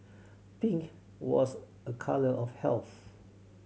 pink was a colour of health